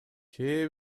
кээ